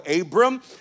Abram